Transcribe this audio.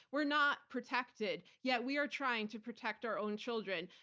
we're not protected, yet we are trying to protect our own children.